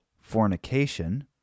fornication